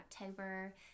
October